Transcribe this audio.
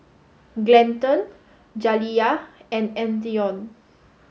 Glendon Jaliyah and Antione